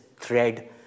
thread